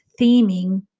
theming